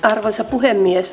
arvoisa puhemies